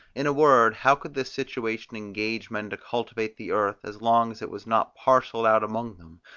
in a word, how could this situation engage men to cultivate the earth, as long as it was not parcelled out among them,